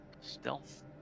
stealth